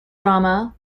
drama